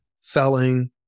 selling